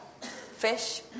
fish